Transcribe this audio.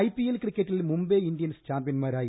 IPL ക്രിക്കറ്റിൽ Mumbai Indians ചാമ്പ്യൻമാരായി